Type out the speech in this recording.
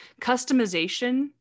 customization